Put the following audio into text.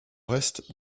reste